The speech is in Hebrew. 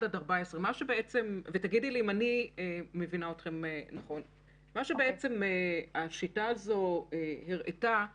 7,700. זו עמודה רביעית.